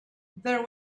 there